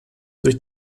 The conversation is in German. durch